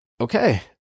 okay